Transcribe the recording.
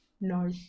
No